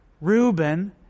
Reuben